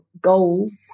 goals